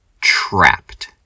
Trapped